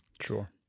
Sure